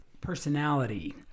personality